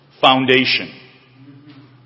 foundation